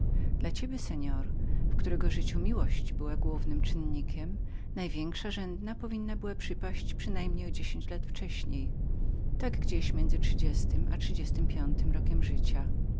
dla ciebie seor w którego życiu miłość była głównym działaczem największy wykładnik powinien był przypaść przynajmniej o dziesięć lat wcześniej tak około trzydziestego a trzydziestego piątego roku życia